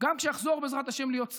גם כשאחזור, בעזרת השם, להיות שר.